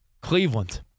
Cleveland